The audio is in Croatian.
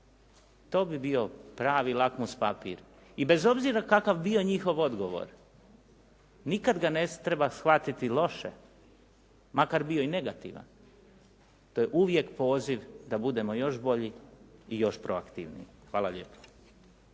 To bi bio pravi lakmus papir i bez obzira kakav bio njihov odgovor nikad ga ne treba shvatiti loše makar bio i negativan. To je uvijek poziv da budemo još bolji i još proaktivniji. Hvala lijepo.